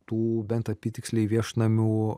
tų bent apytiksliai viešnamių